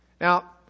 now